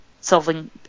solving